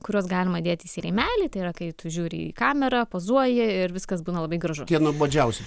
kuriuos galima dėtis į rėmelį tai yra kai tu žiūri į kamerą pozuoji ir viskas būna labai gražu nuobodžiausi